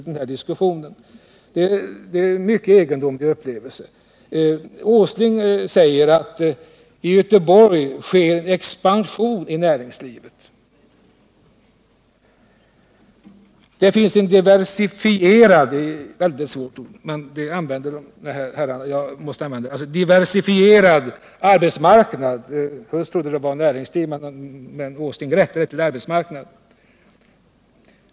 Det är en mycket egendomlig upplevelse. Nils Åsling säger att det i Göteborg sker en expansion inom näringslivet och att det där finns en diversifierad arbetsmarknad. Först tyckte jag han sa att det var näringslivet som var diversifierat, men Nils Åsling rättade det till att gälla arbetsmarknaden.